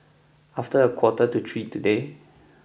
after a quarter to three today